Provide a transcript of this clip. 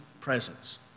presence